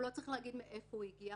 הוא לא צריך להגיד מאיפה הוא הגיע,